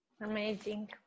Amazing